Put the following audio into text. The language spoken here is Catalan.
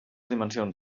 dimensions